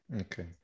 Okay